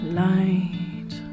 light